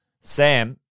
Sam